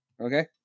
Okay